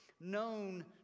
known